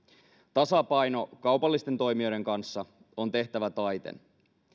tasapaino kaupallisten toimijoiden kanssa on tehtävä taiten